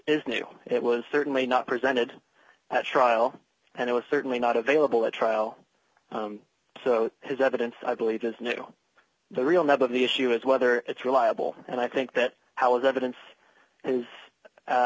is new it was certainly not presented at trial and it was certainly not available at trial so his evidence i believe is new the real number of the issue is whether it's reliable and i think that how is evidence